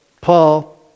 Paul